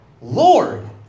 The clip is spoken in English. Lord